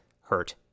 hurt